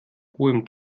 hohem